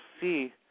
see